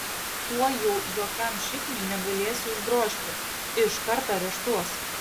tuoj jau jokiam šikniui negalėsi uždrožti iškart areštuos